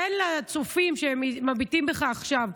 תן לצופים שמביטים בך עכשיו,